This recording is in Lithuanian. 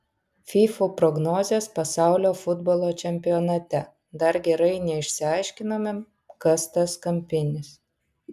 fyfų prognozės pasaulio futbolo čempionate dar gerai neišsiaiškinome kas tas kampinis